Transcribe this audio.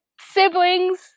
siblings